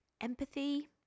empathy